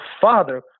father